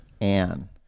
Anne